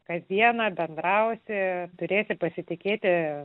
kasdieną bendrausi turėsi pasitikėti